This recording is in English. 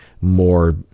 more